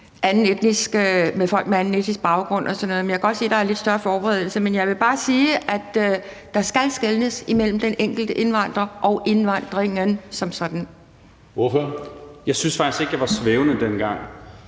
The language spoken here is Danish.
anden etnisk baggrund og sådan noget, og jeg kan godt se, at der nu har været en lidt større forberedelse. Men jeg vil bare sige, at der skal skelnes imellem den enkelte indvandrer og indvandringen som sådan. Kl. 11:45 Tredje næstformand (Karsten Hønge):